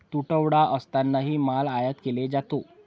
तुटवडा असतानाही माल आयात केला जातो